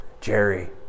Jerry